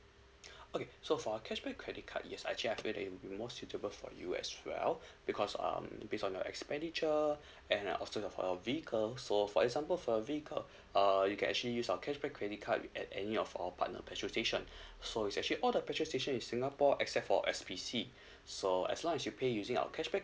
okay so for our cashback credit card yes I check it it would be more suitable for you as well because um based on your expenditure and also you have a vehicle so for example for your vehicle uh you can actually use our cashback credit card at at any of our partner petrol station so is actually all the petrol station in singapore except for X_P_C so as long as you pay using our cashback